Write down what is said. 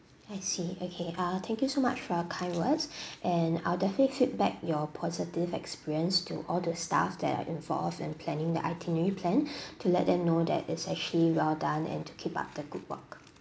I see okay ah thank you so much for your kind words and I'll definitely feedback your positive experience to all the staff that are involved in planning the itinerary plan to let them know that it's actually well done and to keep up the good work